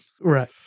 right